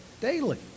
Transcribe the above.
daily